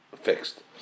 fixed